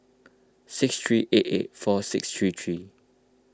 six three eight eight four six three three